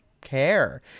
care